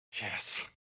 Yes